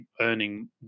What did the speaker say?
earning